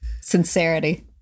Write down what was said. Sincerity